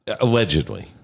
allegedly